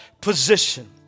position